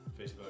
Facebook